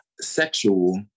sexual